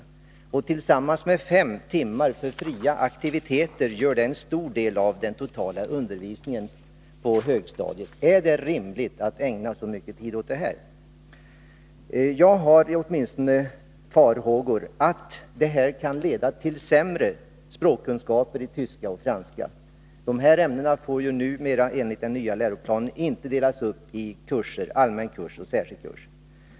Tillsammans med fem timmar för fria aktiviteter blir det en stor del av den totala undervisningstiden på högstadiet. Är det rimligt att ägna så mycket tid åt detta? Jag har farhågor för att detta tillvalssystem kan leda till sämre språkkunskaper i tyska och franska. Dessa ämnen får enligt den nya läroplanen inte delas upp i allmän kurs och särskild kurs.